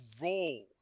roll